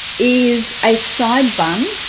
is a side bun